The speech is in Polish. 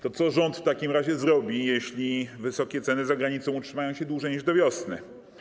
To co rząd w takim razie zrobi, jeśli wysokie ceny za granicą utrzymają się dłużej niż do wiosny?